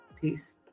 Peace